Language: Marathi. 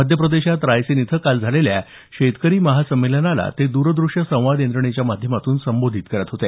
मध्यप्रदेशात रायसेन इथं काल झालेल्या शेतकरी महासमेलनाला ते दूरदृश्य संवाद यंत्रणेच्या माध्यमातून संबोधित करत होते